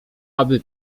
aby